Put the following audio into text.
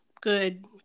good